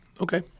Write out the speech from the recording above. Okay